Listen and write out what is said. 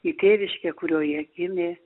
į tėviškę kurioje gimė